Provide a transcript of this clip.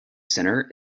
center